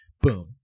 boom